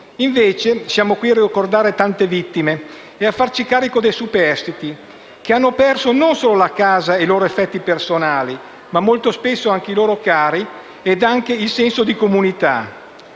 Invece siamo qui a ricordare tante vittime e farci carico dei superstiti, che hanno perso non solo la casa e i loro effetti personali, ma molto spesso anche i loro cari e anche il senso di comunità.